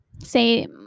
say